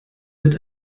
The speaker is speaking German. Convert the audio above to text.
wird